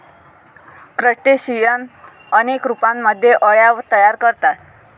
crustacean अनेक रूपांमध्ये अळ्या तयार करतात